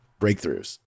breakthroughs